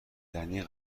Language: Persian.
دنی